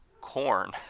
corn